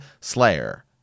Slayer